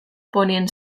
ponien